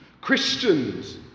Christians